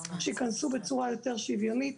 ייכנסו בצורה יותר שוויונית.